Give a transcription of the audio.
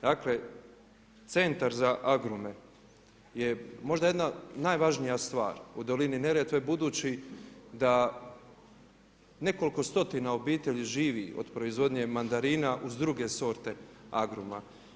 Dakle centar za agrume je možda jedna najvažnija stvar u dolini Neretve, budući da nekoliko stotina obitelji živi od proizvodnje mandarina uz druge sorte agruma.